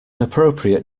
appropriate